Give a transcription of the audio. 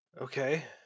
Okay